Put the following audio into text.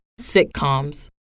sitcoms